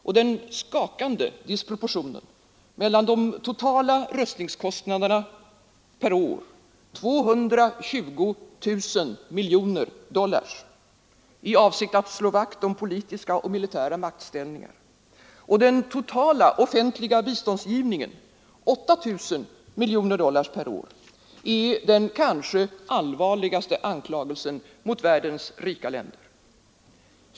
Och den skakande disproportionen mellan de totala rustningskostnaderna per år, 220 000 miljoner dollar i avsikt att slå vakt om politiska och militära maktställningar, och den totala offentliga biståndsgivningen, 8 000 miljoner dollar per år, är den kanske allvarligaste anklagelsen mot världens rika länder.